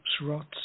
rots